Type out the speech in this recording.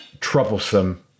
troublesome